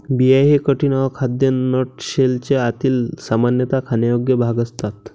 बिया हे कठीण, अखाद्य नट शेलचे आतील, सामान्यतः खाण्यायोग्य भाग असतात